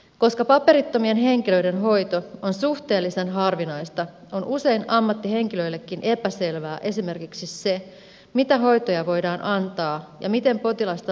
koska paperittomien henkilöiden hoito on suhteellisen harvinaista on usein ammattihenkilöillekin epäselvää esimerkiksi se mitä hoitoja voidaan antaa ja miten potilasta laskutetaan